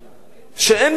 שאין מדיניות.